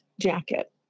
jacket